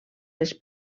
les